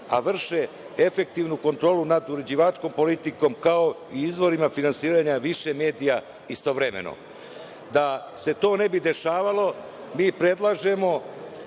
a vrše efektivnu kontrolu nad uređivačkom politikom, kao i izvorima finansiranja više medija istovremeno. Da se to ne bi dešavalo, mi predlažemo